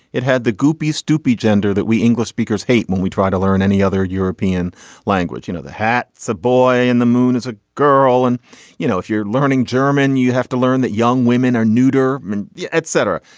it had the goopy stupid gender that we english speakers hate when we try to learn any other european language. you know the hat the boy in the moon is a girl and you know if you're learning german you have to learn that young women are neuter men yeah etc.